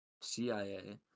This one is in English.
CIA